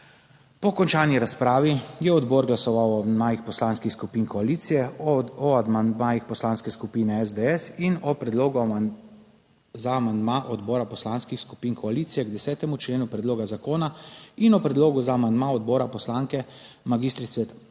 Po končani razpravi je odbor glasoval o amandmajih poslanskih skupin koalicije, o amandmajih Poslanske skupine SDS in o predlogu za amandma odbora poslanskih skupin koalicije k 10. členu predloga zakona in o predlogu za amandma odbora poslanke magistrice Tamare